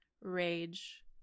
rage